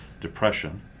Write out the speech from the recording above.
depression